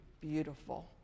beautiful